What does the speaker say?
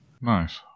Nice